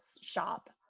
shop